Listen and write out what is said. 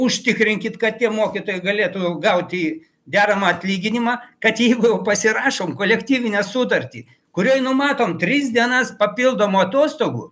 užtikrinkit kad tie mokytojai galėtų gauti deramą atlyginimą kad jeigu pasirašom kolektyvinę sutartį kurioj numatom tris dienas papildomų atostogų